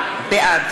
בעד